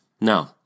No